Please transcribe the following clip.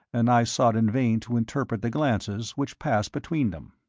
and i sought in vain to interpret the glances which passed between them.